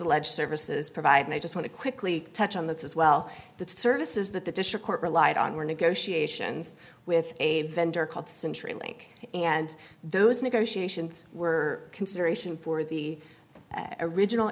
alleged services provide and i just want to quickly touch on this as well the services that the district court relied on were negotiations with a vendor called centrelink and those negotiations were consideration for the original